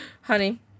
honey